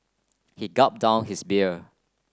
he gulp down his beer